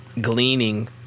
gleaning